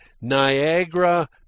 Niagara